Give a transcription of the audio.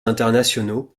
internationaux